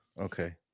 Okay